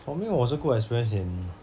for me 我是 good experience in